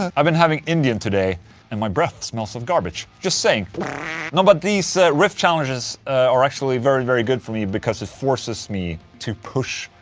um i've been having indian today and my breath smells of garbage, just saying no, but these riff challenges are actually very very good for me because it forces me to push.